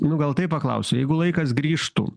nu gal taip paklausiu jeigu laikas grįžtų